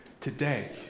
today